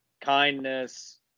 kindness